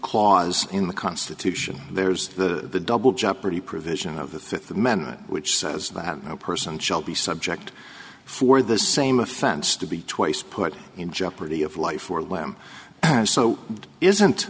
clause in the constitution there's the double jeopardy provision of the fifth amendment which says that no person shall be subject for the same offense to be twice put in jeopardy of life or limb and so isn't